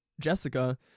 Jessica